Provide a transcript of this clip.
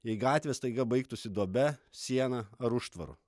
jei gatvė staiga baigtųsi duobe siena ar užtvarų